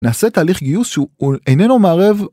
נעשה תהליך גיוס שהוא איננו מערב גורמים חיצוניים